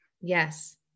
Yes